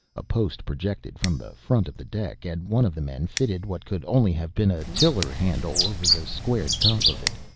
a post projected from the front of the deck and one of the men fitted what could only have been a tiller handle over the squared top of it.